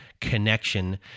connection